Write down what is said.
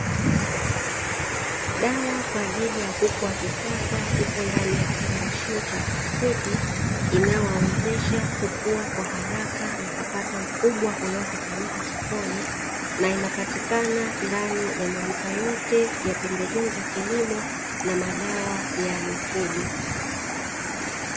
Dawa kwa ajili ya kuku wa kisasa ipo ndani ya kifungashio cha plastiki, inayowawezesha kukua kwa haraka na kupata ukubwa unaohitajika sokoni na inapatikana ndani ya maduka yote ya pembejeo za kilimo na madawa ya mifugo.